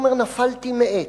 אמר: נפלתי מעץ.